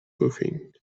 puffing